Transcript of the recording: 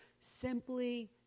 simply